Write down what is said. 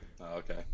okay